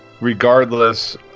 regardless